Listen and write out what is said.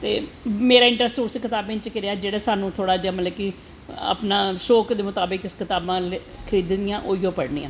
ते मेरा इंट्रस्ट उन्नैं कताबें च गै रेहा जेह्ड़ा मतलव कि साह्नू अपनें शौंक दे मुताबिक अस कताबां खरीदनियां उऐ पढ़नियां